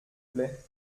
plait